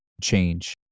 change